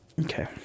Okay